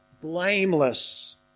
blameless